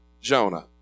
Jonah